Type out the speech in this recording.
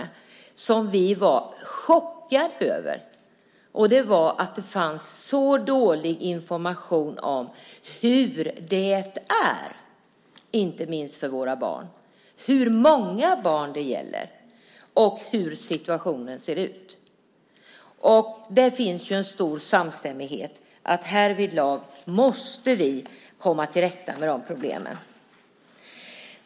Det var en sak som vi var chockade över, och det var att det fanns så dålig information om hur det är, inte minst för våra barn: hur många barn det gäller och hur situationen ser ut. Det finns en stor samstämmighet om att härvidlag måste vi komma till rätta med problemen.